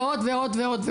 ועוד ועוד.